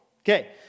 Okay